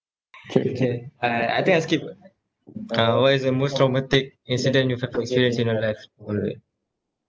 K K I I think I skip uh what is the most traumatic incident you have experienced in your life alright